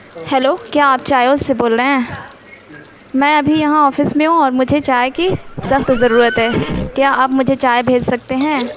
hello کیا آپ چایوز سے بول رہے ہیں میں ابھی یہاں آفس میں ہوں اور مجھے چائے کی سخت ضرورت ہے کیا آپ مجھے چائے بھیج سکتے ہیں